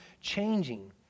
changing